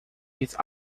his